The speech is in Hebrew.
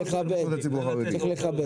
את --- אורי, צריך לכבד.